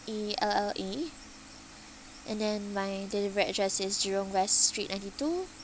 E L L A and then my delivery address is jurong west street ninety two